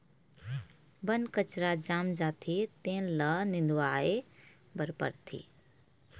बन कचरा जाम जाथे तेन ल निंदवाए बर परथे